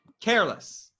Careless